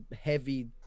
heavy